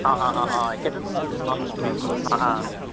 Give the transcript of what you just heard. অঁ অঁ অঁ অঁ সেইটো অঁ অঁ অঁ